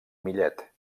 millet